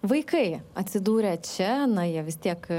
vaikai atsidūrę čia na jie vis tiek